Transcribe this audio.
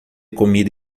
comida